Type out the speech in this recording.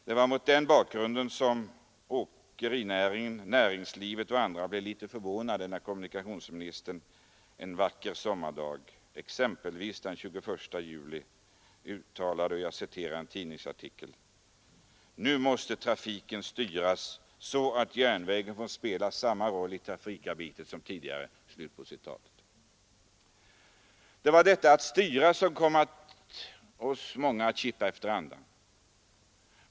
Det var mot den bakgrunden som folk inom åkerinäringen och andra delar av näringslivet blev litet förvånade när kommunikationsministern en vacker sommardag — den 21 juli — enligt en tidningsartikel uttalade: ”Nu måste trafiken styras så att järnvägen får spela samma roll i trafikarbetet som tidigare.” Det var detta att trafiken skulle styras som kom många av oss att kippa efter andan.